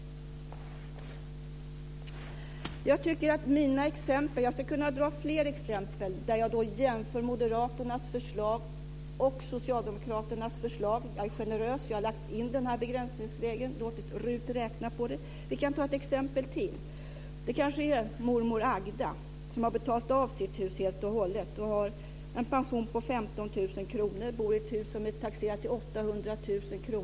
Jag skulle kunna ta upp fler exempel där jag jämför moderaternas förslag med socialdemokraternas. Jag har tagit med begränsningsregeln och låtit RUT räkna på dessa exempel. Jag ska ta upp mormor Agda som ett ytterligare exempel. Hon har betalat av på sitt hus helt och hållet och har en pension på 15 000 kr i månaden och bor i ett hus som i dag är taxerat till 800 000 kr.